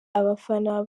abafana